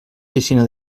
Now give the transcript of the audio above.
piscina